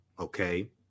Okay